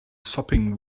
sopping